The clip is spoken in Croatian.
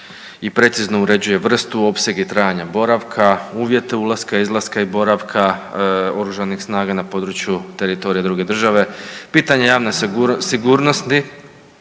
i precizno uređuje vrstu, opseg i trajanje boravka, uvjete ulaska, izlaska i boravka OS-a na području teritorija druge države, pitanja javne sigurnosti